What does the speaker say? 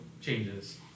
changes